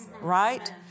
right